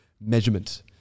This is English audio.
measurement